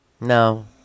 No